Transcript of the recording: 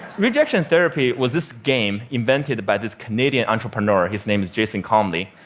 rejection therapy was this game invented by this canadian entrepreneur. his name is jason comely.